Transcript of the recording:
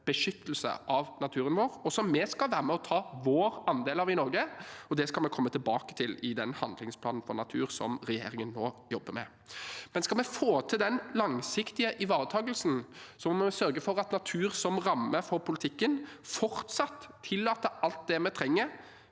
beskyttelse av naturområder, og som vi skal være med og ta vår andel av i Norge. Det skal vi komme tilbake til i den handlingsplanen for natur som regjeringen nå jobber med. Men skal vi få til den langsiktige ivaretakelsen, må vi sørge for at natur som ramme for politikken fortsatt tillater alt det vi trenger: